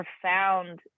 profound